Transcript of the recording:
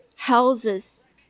houses